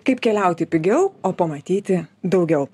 kaip keliauti pigiau o pamatyti daugiau